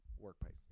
workplace